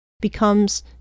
becomes